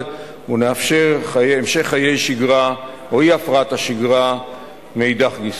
גיסא ונאפשר המשך חיי שגרה או אי-הפרעת השגרה מאידך גיסא.